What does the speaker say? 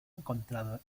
encontrado